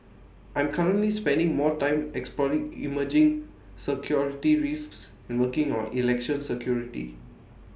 I'm currently spending more time exploring emerging security risks and working on election security